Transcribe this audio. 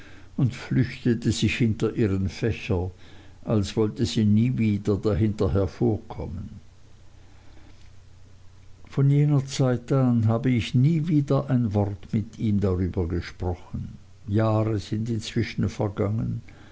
und flüchtete sich hinter ihren fächer als wollte sie nie wieder dahinter hervorkommen von jener zeit an habe ich nie wieder ein wort mit ihm darüber gesprochen jahre sind inzwischen vergangen